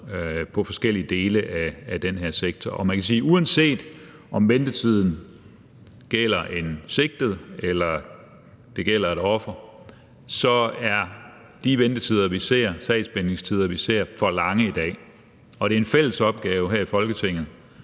i forskellige dele af den her sektor. Uanset om ventetiden gælder en sigtet eller et offer, er de sagsbehandlingstider, vi ser, for lange i dag, og det er en fælles opgave her i Folketinget